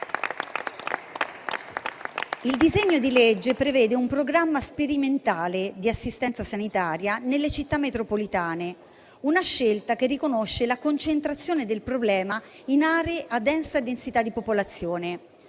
Il disegno di legge prevede un programma sperimentale di assistenza sanitaria nelle Città metropolitane, una scelta che riconosce la concentrazione del problema in aree ad elevata densità di popolazione.